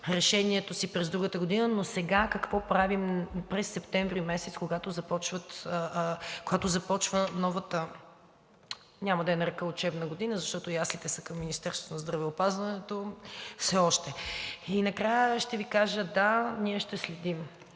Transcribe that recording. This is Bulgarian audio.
решението си през другата година, но сега какво правим през месец септември, когато започва новата, няма да я нарека учебна година, защото яслите все още са към Министерството на здравеопазването. И накрая ще ви кажа – да, ние ще следим